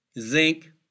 zinc